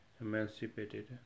emancipated